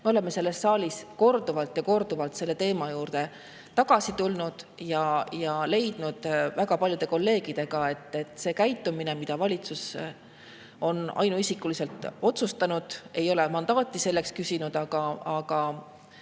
Me oleme selles saalis korduvalt ja korduvalt selle teema juurde tagasi tulnud ja leidnud väga paljude kolleegidega, et see [ei ole õige] käitumine, et valitsus on ainuisikuliselt otsustanud ja ei ole selleks mandaati küsinud, aga